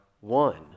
one